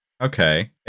Okay